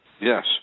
Yes